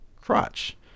crotch